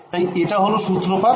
তাই এটা হল সুত্রপাত